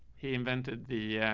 he invented the